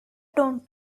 dont